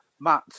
Matt